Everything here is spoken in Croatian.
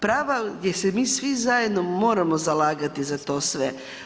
Prava gdje se mi svi zajedno moramo zalagati za to sve.